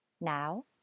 Now